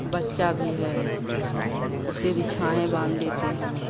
बच्चा भी है उसे भी छाहें बाँध देते हैं